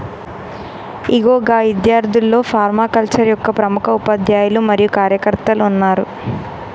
ఇగో గా ఇద్యార్థుల్లో ఫర్మాకల్చరే యొక్క ప్రముఖ ఉపాధ్యాయులు మరియు కార్యకర్తలు ఉన్నారు